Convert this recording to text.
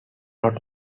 not